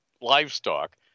livestock